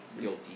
guilty